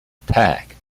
attack